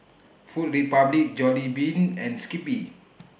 Food Republic Jollibean and Skippy